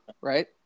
right